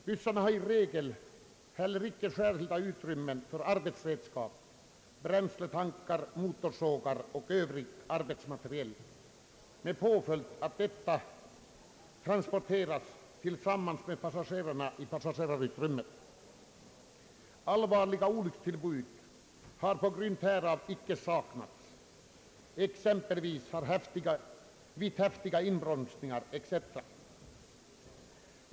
Bussarna har i regel inte särskilda utrymmen för arbetsredskap, bränsletankar, motorsågar och övrig arbetsmaterial med påföljd att dessa transporteras tillsammans med passagerarna i passagerarutrymmet. Allvarliga olyckstillbud har på grund härav icke saknats, t.ex. vid häftiga inbromsningar.